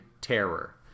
terror